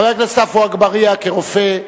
חבר הכנסת עפו אגבאריה, כרופא,